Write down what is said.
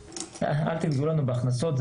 אבל אל תיגעו לנו בהכנסות.